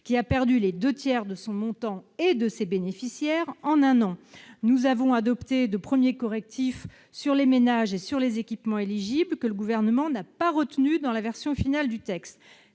aux deux tiers de son montant et du nombre de ses bénéficiaires en un an. Nous avons adopté de premiers correctifs pour les ménages et pour les équipements éligibles, que le Gouvernement n'a pas retenus dans la version finale du texte.